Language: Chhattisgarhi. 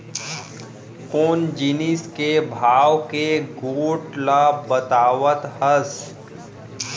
कोन जिनिस के भाव के गोठ ल बतावत हस?